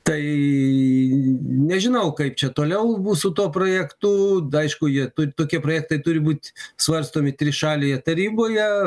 tai nežinau kaip čia toliau bus su tuo projektu da aišku jie to tokie projektai turi būt svarstomi trišalėje taryboje